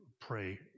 pray